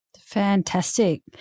Fantastic